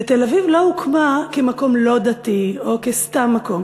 ותל-אביב לא הוקמה כמקום לא דתי או כסתם מקום.